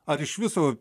ar iš viso